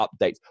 updates